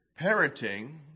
Parenting